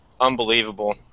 Unbelievable